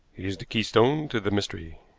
he is the keystone to the mystery.